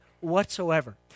whatsoever